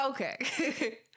Okay